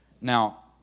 now